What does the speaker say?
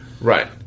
Right